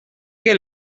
que